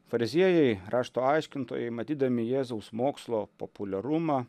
fariziejai rašto aiškintojai matydami jėzaus mokslo populiarumą